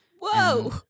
Whoa